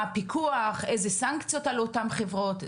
מה הפיקוח, איזה סנקציות על אותן חברות.